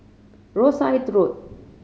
Rosyth Road